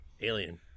Alien